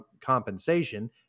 compensation